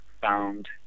found